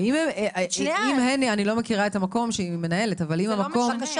אני לא מכירה את המקום שהניה מנהלת --- זה לא משנה,